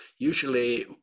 Usually